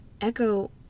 Echo